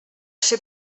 ser